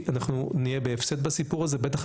בזמנו,